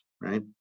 right